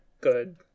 good